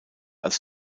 als